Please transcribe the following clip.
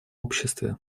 обществе